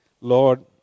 Lord